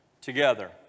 together